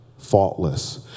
faultless